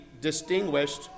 distinguished